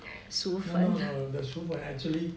no no no the 薯粉 actually